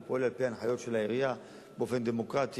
והוא פועל על-פי ההנחיות של העירייה באופן דמוקרטי,